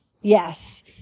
Yes